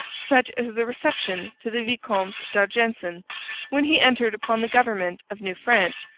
such as the reception to the vicomte d'argenson when he entered upon the government of new france,